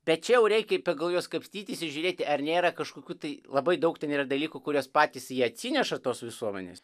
bet čia jau reikia pagal juos kapstytis ir žiūrėti ar nėra kažkokių tai labai daug ten yra dalykų kuriuos patys jie atsineša tos visuomenės